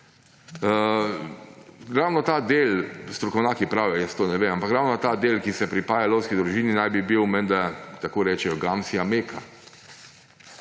Ravno ta del, strokovnjaki pravijo, jaz tega ne vem, ampak ravno ta del, ki se pripaja lovski družini, naj bi bil menda, tako rečejo, gamsja meka.